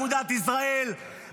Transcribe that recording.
הצבעת נגד החיילים.